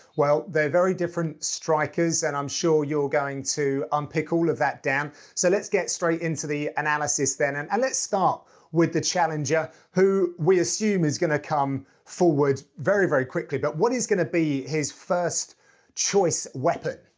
well they're very different strikers, and i'm sure you're going to unpick all of that, dan. so, let's get straight into the analysis then. and and let's start with the challenger who, we assume, is gonna come forward very, very quickly. but what is going to be his first choice weapon?